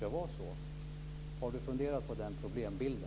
Har Åsa Torstensson funderat på den problembilden?